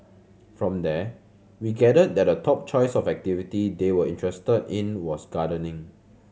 from there we gathered that the top choice of activity they were interested in was gardening